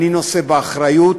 אני נושא באחריות.